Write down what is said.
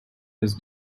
his